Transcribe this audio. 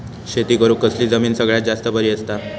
शेती करुक कसली जमीन सगळ्यात जास्त बरी असता?